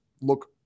look